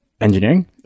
engineering